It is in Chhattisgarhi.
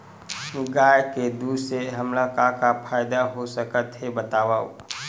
गाय के दूध से हमला का का फ़ायदा हो सकत हे बतावव?